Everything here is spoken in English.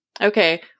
Okay